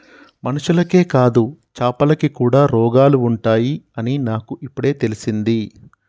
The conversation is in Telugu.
మనుషులకే కాదు చాపలకి కూడా రోగాలు ఉంటాయి అని నాకు ఇపుడే తెలిసింది